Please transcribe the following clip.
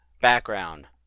background